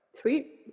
Sweet